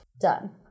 Done